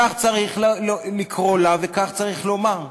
כך צריך לקרוא לה וכך צריך לומר.